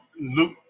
Luke